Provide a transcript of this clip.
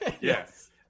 Yes